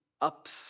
ups